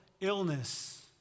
illness